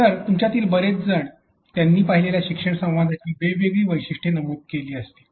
तर तुमच्यातील बरेच जण त्यांनी पाहिलेल्या शिक्षण संवादांची वेगवेगळी वैशिष्ट्ये नमूद केली असतील